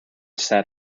sat